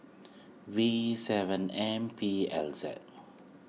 V seven M P L Z